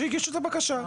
משהגישו את הבקשה.